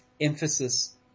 emphasis